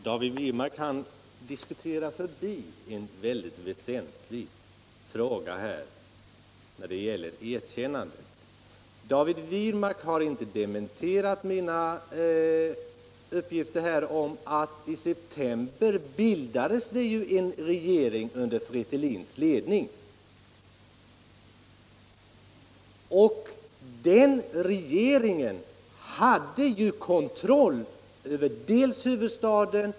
Herr talman! David Wirmark diskuterar förbi en mycket väsentlig fråga när det gäller erkännandet. Han har inte dementerat mina uppgifter om att det i september bildades en regering under Fretilins tedning. Den regeringen hade ju kontroll över dels huvudstaden.